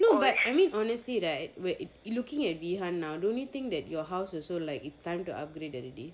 no but I mean honestly right we're looking at behind now the only thing that your house also like it's time to upgrade already